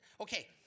Okay